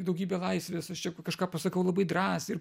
daugybė laisvės aš čia kažką pasakau labai drąsiai ir